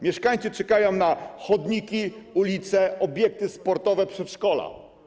Mieszkańcy czekają na chodniki, ulice, obiekty sportowe, przedszkola.